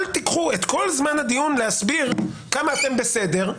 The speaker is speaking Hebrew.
אל תיקחו את כל זמן הדיון להסביר כמה אתם בסדר.